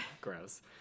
gross